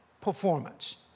performance